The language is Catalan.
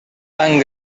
tan